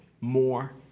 more